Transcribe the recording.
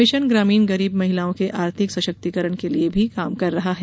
mission ग्रामीण गरीब महिलाओं के आर्थिक सशक्तीकरण के लिये भी काम कर रहा है